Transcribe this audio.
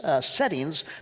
settings